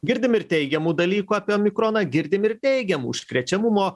girdim ir teigiamų dalykų apie omikroną girdim ir neigiamų užkrečiamumo